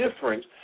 difference